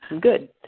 good